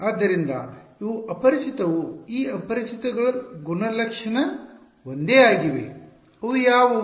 ಆದ್ದರಿಂದ ಇವು ಅಪರಿಚಿತವು ಈ ಅಪರಿಚಿತಗಳ ಗುಣಲಕ್ಷಣ ಒಂದೇ ಆಗಿವೆಯೇ ಅವು ಯಾವವು